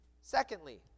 Secondly